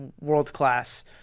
world-class